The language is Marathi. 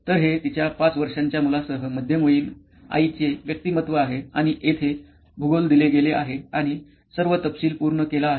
तर हे तिच्या 5 वर्षाच्या मुलासह मध्यमवयीन आईची व्यक्तिमत्त्व आहे आणि येथे भूगोल दिले गेले आहे आणि सर्व तपशील पूर्ण केला आहे